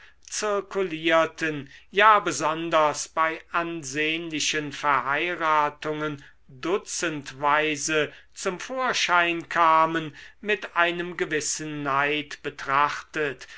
zirkulierten ja besonders bei ansehnlichen verheiratungen dutzendweise zum vorschein kamen mit einem gewissen neid betrachtet